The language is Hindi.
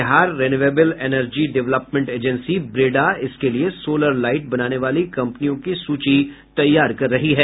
Bihar renewable energy development agency BREDA इसके लिए सोलर लाईट बनाने वाली कम्पनियों की सूची तैयार कर रही है